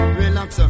relax